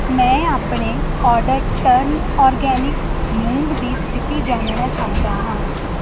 ਮੈਂ ਆਪਣੇ order turn organic ਮੂੰਗ ਦੀ ਸਥਿਤੀ ਜਾਣਨਾ ਚਾਹੁੰਦਾ ਹਾਂ